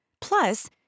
Plus